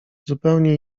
zupełnie